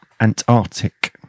Antarctic